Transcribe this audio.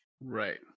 right